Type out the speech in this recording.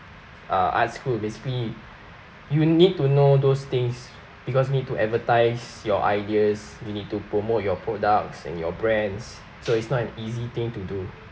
uh art school basically you need to know those things because need to advertise your ideas you need to promote your products and your brands so it's not an easy thing to do